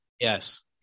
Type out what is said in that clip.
Yes